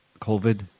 covid